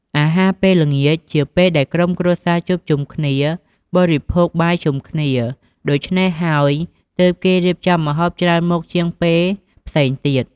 អាហារពេលល្ងាចជាពេលដែលក្រុមគ្រួសារជួបជុំគ្នា បរិភោគបាយជុំគ្នា ដូច្នេះហើយទើបគេរៀបចំម្ហូបច្រើនមុខជាងពេលផ្សេងទៀត ។